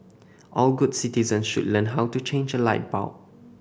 all good citizen should learn how to change a light bulb